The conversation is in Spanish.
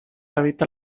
habita